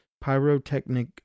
pyrotechnic